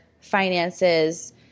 finances